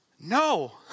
No